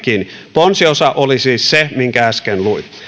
ponsiosa oli siis se minkä äsken luin